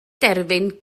derfyn